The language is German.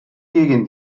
gegen